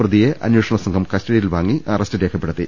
പ്രതിയെ അന്വേഷണസംഘം കസ്റ്റഡിയിൽവാങ്ങി അറസ്റ്റ് രേഖപ്പെടുത്തി